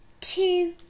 two